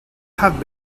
have